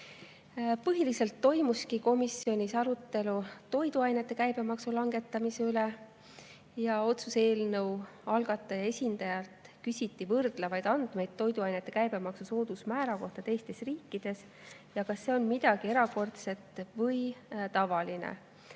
Põhiliselt toimuski komisjonis arutelu toiduainete käibemaksu langetamise üle. Otsuse eelnõu algataja esindajalt küsiti võrdlevaid andmeid toiduainete käibemaksu soodusmäära kohta teistes riikides ja seda, kas see on midagi erakordset või [on